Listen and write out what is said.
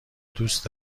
دوست